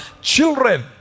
children